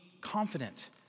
confident